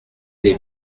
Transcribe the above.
les